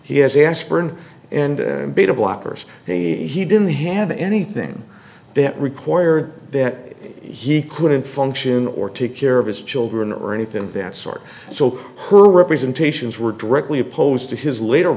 he has aspirin and beta blockers he didn't have anything that required that he couldn't function or take care of his children or anything of that sort so her representations were directly opposed to his l